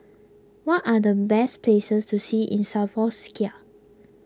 what are the best places to see in Slovakia